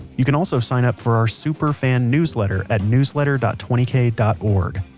you can also sign up for our superfan newsletter at newsletter dot twenty-kay dot org.